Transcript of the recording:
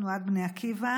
תנועת בני עקיבא.